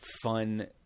fun